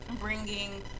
bringing